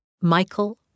Michael